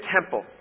temple